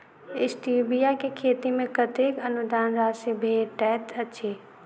Stevia केँ खेती मे कतेक अनुदान राशि भेटैत अछि?